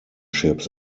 ships